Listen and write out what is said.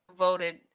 voted